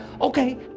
okay